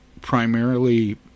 primarily –